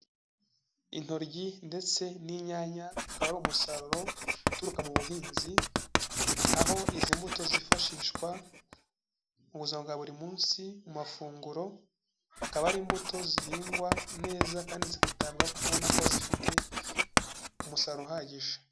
Intoryi ndetse n'inyanya akaba ari umusaruro uturuka mu buhinzi, aho izi mbuto zifashishwa mu buzima bwa buri munsi mu mafunguro, akaba ari imbuto zihingwa neza kandi zikitabwaho kuko ubona ko zifite umusaruro uhagije.